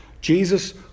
Jesus